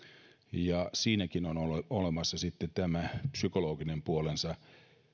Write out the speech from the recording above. ja siinäkin on olemassa tämä psykologinen puolensa